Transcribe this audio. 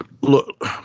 look